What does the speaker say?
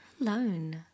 alone